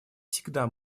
всегда